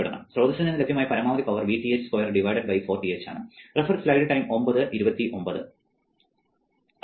സ്രോതസ്സിൽ നിന്ന് ലഭ്യമായ പരമാവധി പവർ Vth 2 4 Rth ആണ്